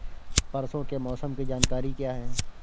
परसों के मौसम की जानकारी क्या है?